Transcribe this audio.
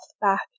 back